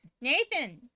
nathan